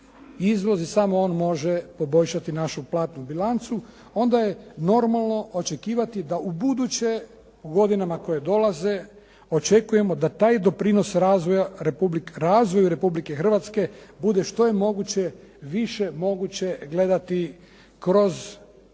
izvoz, i samo on može poboljšati našu platnu bilancu. Onda je normalno očekivati da ubuduće u godinama koje dolaze očekujemo da taj doprinos razvoju Republike Hrvatske bude što je moguće više moguće gledati kroz novonastala